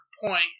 point